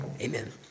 Amen